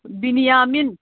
بِن یامِن